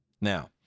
Now